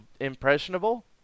impressionable